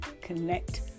connect